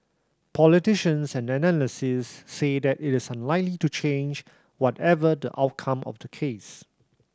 politicians and analysts says say that is unlikely to change whatever the outcome of the case